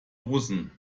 russen